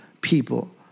people